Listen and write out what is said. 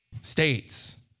states